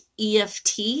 EFT